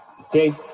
okay